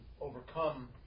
overcome